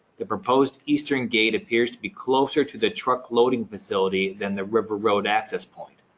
the proposed eastern gate appears to be closer to the truck loading facility, than the river road access point.